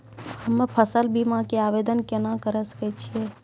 हम्मे फसल बीमा के आवदेन केना करे सकय छियै?